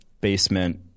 Basement